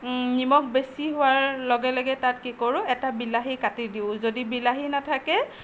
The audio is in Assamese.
নিমখ বেছি হোৱাৰ লগে লগে তাত কি কৰোঁ এটা বিলাহী কাটি দিওঁ যদি বিলাহী নাথাকে